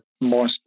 more